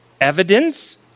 Evidence